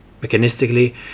Mechanistically